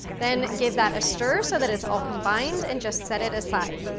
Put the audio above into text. then give that a stir so that it's all combined and just set it aside.